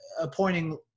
appointing